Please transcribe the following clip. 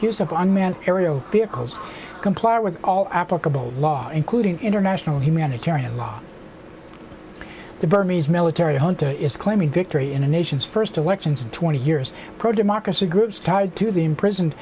of unmanned aerial vehicles comply with all applicable law including international humanitarian law the burmese military junta is claiming victory in the nation's first elections in twenty years pro democracy groups tied to the imprisoned